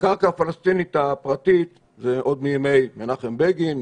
הקרקע הפלסטינית הפרטית זה עוד מימי מנחם בגין,